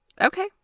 okay